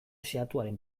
xehatuaren